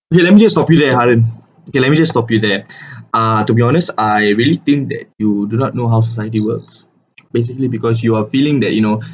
okay let me just stop you there haren okay let me just stop you there ah to be honest I really think that you do not know how society works basically because you are feeling that you know